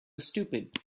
stupid